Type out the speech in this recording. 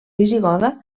visigoda